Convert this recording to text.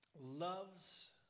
loves